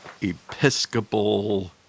episcopal